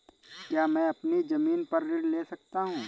क्या मैं अपनी ज़मीन पर ऋण ले सकता हूँ?